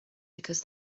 because